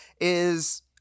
is-